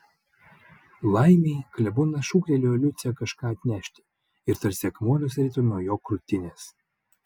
laimei klebonas šūktelėjo liucę kažką atnešti ir tarsi akmuo nusirito nuo jo krūtinės